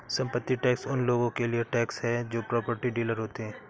संपत्ति टैक्स उन लोगों के लिए टैक्स है जो प्रॉपर्टी डीलर होते हैं